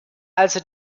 also